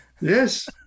Yes